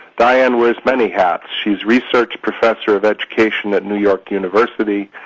diane wears many hats. she's research professor of education at new york university,